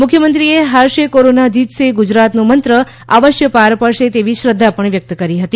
મુખ્યમંત્રીએ હારશે કોરોના જીતશે ગુજરાતનો મંત્ર અવશ્ય પાર પડશે તેવી શ્રદ્ધા વ્યક્ત કરી હતી